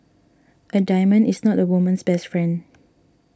a diamond is not a woman's best friend